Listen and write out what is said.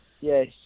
yes